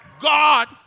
God